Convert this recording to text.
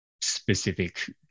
specific